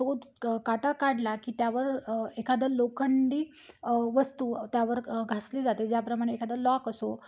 तो काटा काढला की त्यावर एखादं लोखंडी वस्तू त्यावर घासली जाते ज्याप्रमाणे एखादं लॉक असो